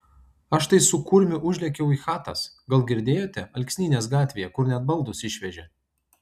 aš tai su kurmiu užlėkiau į chatas gal girdėjote alksnynės gatvėje kur net baldus išvežė